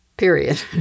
period